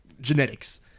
genetics